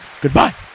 Goodbye